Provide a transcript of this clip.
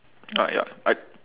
ah ya I